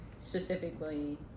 specifically